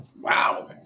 Wow